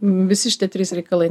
visi šitie trys reikalai